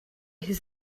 his